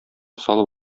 салып